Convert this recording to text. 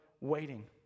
waiting